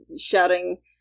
shouting